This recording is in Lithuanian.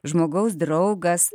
žmogaus draugas